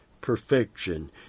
perfection